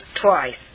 twice